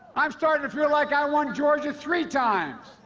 i'm starting to feel like i won georgia three times.